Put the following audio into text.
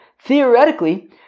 theoretically